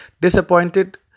disappointed